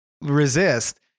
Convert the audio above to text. resist